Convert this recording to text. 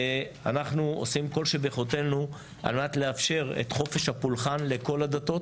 אנחנו עושים כל שביכולתנו על מנת לאפשר את חופש הפולחן לכל הדתות.